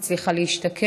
היא הצליחה להשתקם,